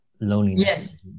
loneliness